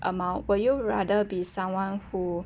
amount will you rather be someone who